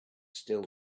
still